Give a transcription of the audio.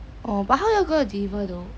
oh but how you all going to deliver though